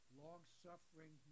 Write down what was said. long-suffering